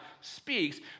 speaks